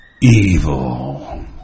Evil